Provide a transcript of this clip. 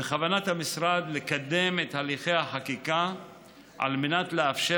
בכוונת המשרד לקדם את הליכי החקיקה על מנת לאפשר את